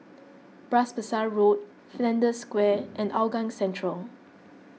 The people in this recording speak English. Bras Basah Road Flanders Square and Hougang Central